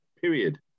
Period